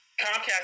Comcast